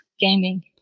gaming